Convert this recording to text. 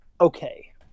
okay